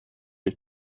est